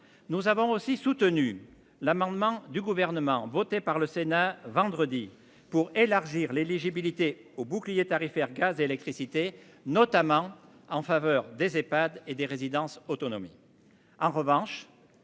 Nous avons aussi soutenu l'amendement du gouvernement voté par le Sénat vendredi pour élargir l'éligibilité au bouclier tarifaire Gaz, électricité, notamment en faveur des Ehpads et des résidences autonomie.